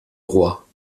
roi